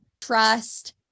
trust